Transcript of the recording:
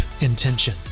intention